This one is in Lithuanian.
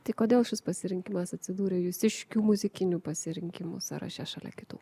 tai kodėl šis pasirinkimas atsidūrė jūsiškių muzikinių pasirinkimų sąraše šalia kitų